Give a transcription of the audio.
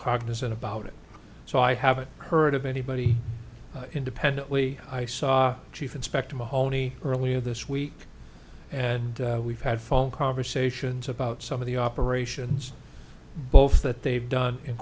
cognizant about it so i haven't heard of anybody independently i saw chief inspector mahoney earlier this week and we've had full conversations about some of the operations both that they've done in